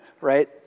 right